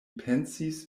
pensis